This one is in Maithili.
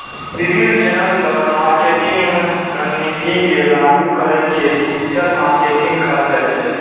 विभिन्न चैनल पर मार्केटिंग रणनीति के लागू करै के डिजिटल मार्केटिंग कहल जाइ छै